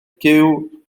gyw